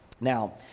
Now